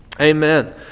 Amen